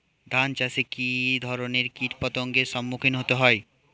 ধান চাষে কী ধরনের কীট পতঙ্গের সম্মুখীন হতে হয়?